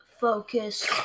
focus